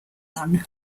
son